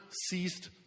ceased